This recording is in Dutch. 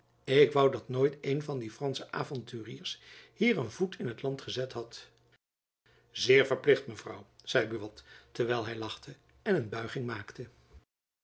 ik woû dat nooit een van die fransche avonturiers hier een voet in t land gezet had zeer verplicht mevrouw zeide buat terwijl hy lachte en een buiging maakte